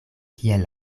kiel